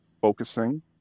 Focusing